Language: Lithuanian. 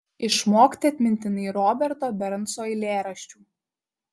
išmokti atmintinai roberto bernso eilėraščių